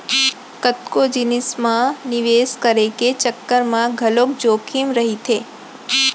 कतको जिनिस म निवेस करे के चक्कर म घलोक जोखिम रहिथे